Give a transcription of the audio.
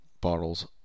bottles